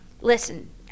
listen